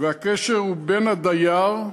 והקשר הוא בין הדייר,